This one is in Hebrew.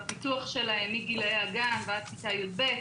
בפיתוח שלהם מגילאי הגן ועד כיתה י"ב.